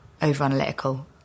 over-analytical